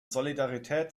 solidarität